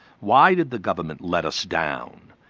why did the government let us down?